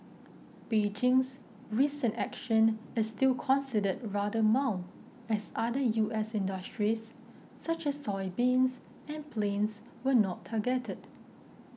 Beijing's recent action is still considered rather mild as other U S industries such as soybeans and planes were not targeted